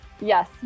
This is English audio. Yes